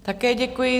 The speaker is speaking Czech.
Také děkuji.